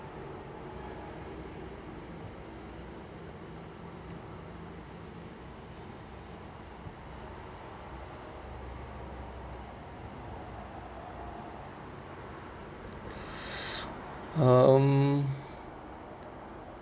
um